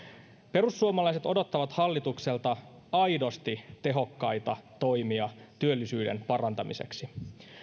perussuomalaiset odottavat hallitukselta aidosti tehokkaita toimia työllisyyden parantamiseksi